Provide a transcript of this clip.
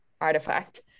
artifact